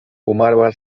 umarła